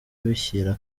bishyira